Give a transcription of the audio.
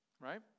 right